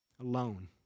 Alone